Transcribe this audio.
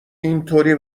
اینطوری